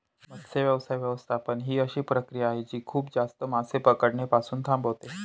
मत्स्य व्यवसाय व्यवस्थापन ही अशी प्रक्रिया आहे जी खूप जास्त मासे पकडणे पासून थांबवते